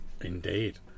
indeed